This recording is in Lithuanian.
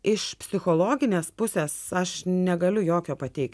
iš psichologinės pusės aš negaliu jokio pateikti